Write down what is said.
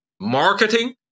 marketing